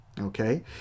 Okay